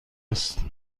است